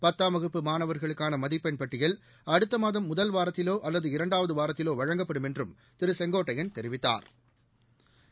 பத்தாம் வகுப்பு மாணவர்களுக்கான மதிப்பெண் பட்டியல் அடுத்த மாதம் முதல் வாரத்திலோ அல்லது இரண்டாவது வாரத்திலோ வழங்கப்படும் என்றும் திரு செங்கோட்டையன் தெரிவித்தாா்